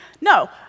No